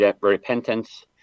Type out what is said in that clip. repentance